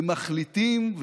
ומחליטים,